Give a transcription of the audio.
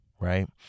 right